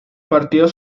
partidos